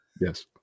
Yes